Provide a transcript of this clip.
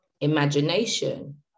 imagination